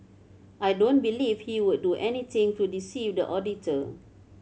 I don't believe he would do anything to deceive the auditor